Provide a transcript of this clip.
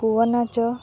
ପୁଅ ନାଚ